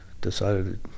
decided